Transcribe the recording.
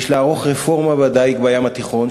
"יש לערוך רפורמה בדיג בים התיכון,